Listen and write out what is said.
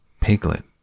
Piglet